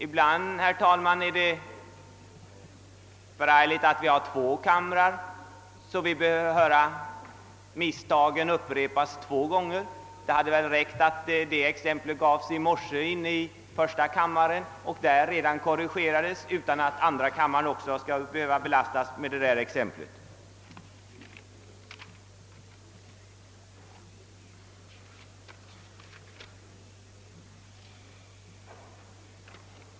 Ibland är det, herr talman, förargligt att vi har två kamrar, så att vi måste höra misstagen upprepas två gånger. Det hade väl räckt att det exemplet hade anförts i morse i första kammaren och korrigerats där och att inte andra kammaren också skulle behöva belastas med det.